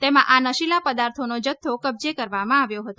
તેમાં આ નશીલા પદાર્થોનો જથ્થો કબજે કરવામાં આવ્યો હતો